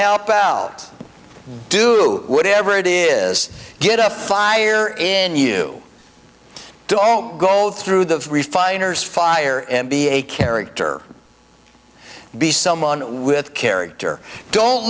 help out do whatever it is get a fire in you don't go through the refiner's fire and be a character be someone with character don't